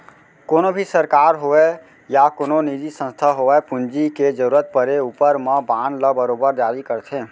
कोनों भी सरकार होवय या कोनो निजी संस्था होवय पूंजी के जरूरत परे ऊपर म बांड ल बरोबर जारी करथे